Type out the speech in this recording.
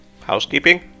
Housekeeping